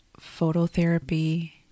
phototherapy